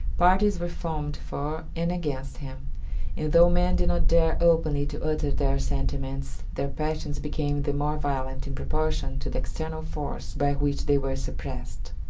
parties were formed for and against him and though men did not dare openly to utter their sentiments, their passions became the more violent in proportion to the external force by which they were suppressed.